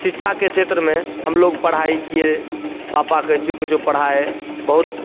शिक्षा के क्षेत्र में हम लोग पढ़ाई किए पापा कैसियो कैसियो पढ़ाए बहुत